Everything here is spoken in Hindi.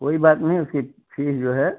कोई बात नहीं उसकी फीस जो है